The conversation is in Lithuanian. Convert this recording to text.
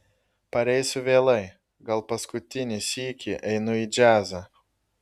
pareisiu vėlai gal paskutinį sykį einu į džiazą